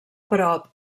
prop